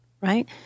right